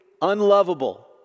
unlovable